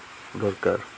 ଦରକାର